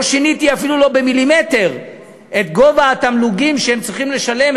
לא שיניתי אפילו לא במילימטר את גובה התמלוגים שהם צריכים לשלם,